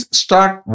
start